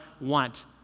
want